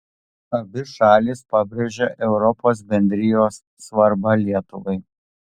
abi šalys pabrėžia europos bendrijos svarbą lietuvai